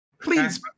please